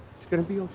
it's going to be